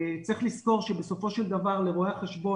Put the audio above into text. צריך לזכור שבסופו של דבר לרואי החשבון